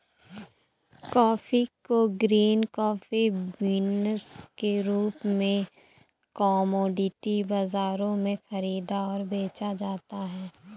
coffee को green coffee beans के रूप में कॉमोडिटी बाजारों में खरीदा और बेचा जाता है